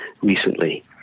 recently